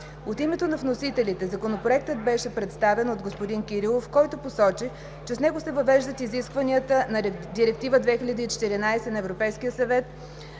От името на вносителите Законопроектът беше представен от господин Кирилов, който посочи, че с него се въвеждат изискванията на Директива 2014/26/ЕС на Европейския